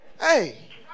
hey